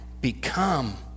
become